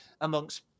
amongst